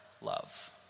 love